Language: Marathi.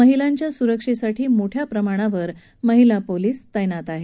महिलांच्या सुरक्षेसाठी मोठ्या प्रमाणावर महिला पोलीस तैनात केल्या आहेत